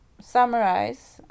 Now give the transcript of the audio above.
summarize